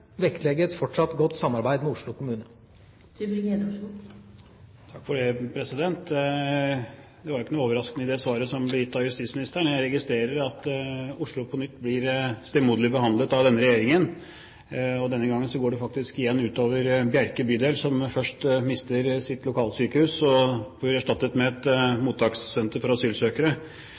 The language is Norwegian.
vektlegge et fortsatt godt samarbeid med Oslo kommune. Det var ikke noe overraskende i det svaret som ble gitt av justisministeren. Jeg registrerer at Oslo på nytt blir stemoderlig behandlet av denne regjeringen, og denne gangen går det faktisk igjen ut over Bjerke bydel, som først mister sitt lokalsykehus, som blir erstattet med et mottakssenter for asylsøkere.